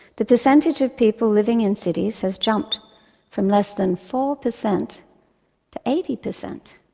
the percentage of people living in cities has jumped from less than four per cent to eighty per cent.